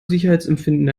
sicherheitsempfinden